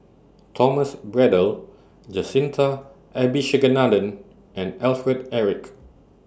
Thomas Braddell Jacintha Abisheganaden and Alfred Eric